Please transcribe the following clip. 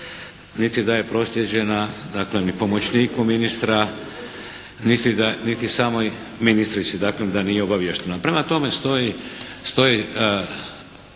niti da je proslijeđena daklem i pomoćniku ministra, niti samoj ministrici, daklem da nije obaviještena. Prema tome, stoji